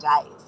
days